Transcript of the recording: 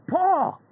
Paul